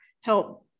help